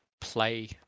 play